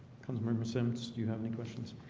comes member zsimmons, do you have any questions?